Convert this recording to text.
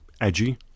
edgy